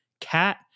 Cat